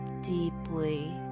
deeply